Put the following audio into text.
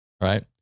Right